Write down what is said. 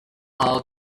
how